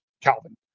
Calvin